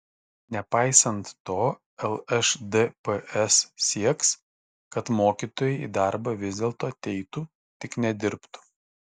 nepaisant to lšdps sieks kad mokytojai į darbą vis dėlto ateitų tik nedirbtų